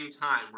time